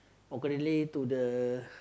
or relay to the